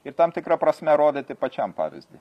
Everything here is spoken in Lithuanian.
ir tam tikra prasme rodyti pačiam pavyzdį